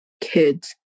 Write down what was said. kids